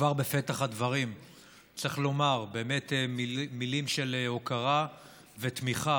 כבר בפתח הדברים צריך לומר באמת מילים של הוקרה ותמיכה